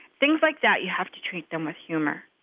things like that, you have to treat them with humor.